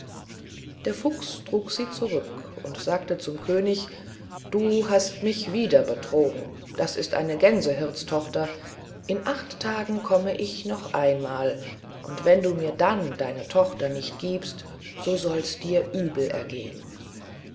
der fuchs trug sie zurück und sagte zum könig du hast mich wieder betrogen das ist eine gänsehirtstochter in acht tagen komm ich noch einmal und wenn du mir dann deine tochter nicht giebst so soll dirs über gehen